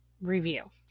review